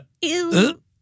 ew